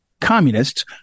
communists